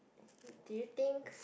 did you think